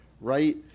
right